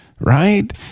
Right